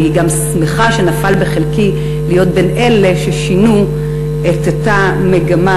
אני גם שמחה שנפל בחלקי להיות בין אלה ששינו את אותה מגמה,